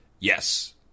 Yes